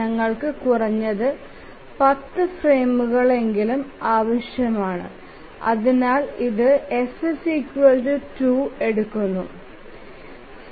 ഞങ്ങൾക്ക് കുറഞ്ഞത് 10 ഫ്രെയിമുകളെങ്കിലും ആവശ്യമാണ് അതിനാൽ ഇത് F 2 എടുക്കുനു